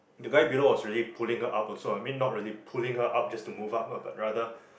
the guy below was really pulling her up also I mean not really pulling her up just to move up lah but rather